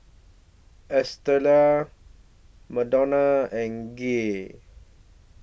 Estella Madonna and Gia